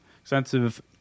extensive